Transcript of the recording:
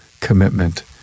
commitment